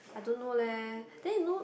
I don't know leh then you know